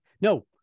no